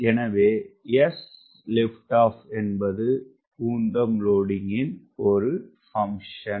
எனவே sLO என்பது உந்தம் லோடிங்கின் ஒரு ஃபங்க்ஷன்